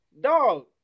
dog